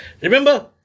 Remember